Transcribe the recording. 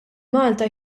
malta